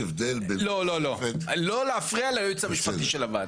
לא, לא, לא, לא להפריע ליועץ המשפטי של הוועדה.